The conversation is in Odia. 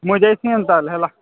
ମୁଇଁ ଯାଇଛେ ଏନ୍ତା ହେଲେ ହେଲା